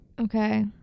Okay